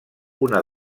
una